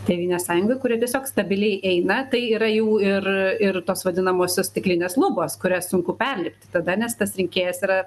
tėvynės sąjungoj kuri tiesiog stabiliai eina tai yra jų ir ir tos vadinamosios stiklinės lubos kurias sunku perlipti tada nes tas rinkėjas yra